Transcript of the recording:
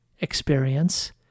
experience